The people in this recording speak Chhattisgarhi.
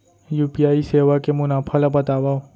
यू.पी.आई सेवा के मुनाफा ल बतावव?